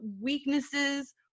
weaknesses